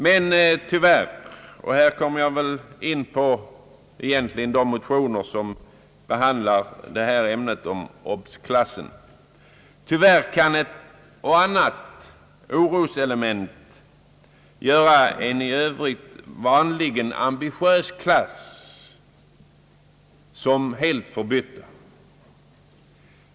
Men tyvärr — och här kommer jag in på de motioner som tagit upp frågan om observationsklassen — kan ett och annat oroselement göra en i övrigt vanligen ambitiös klass som helt förbytt.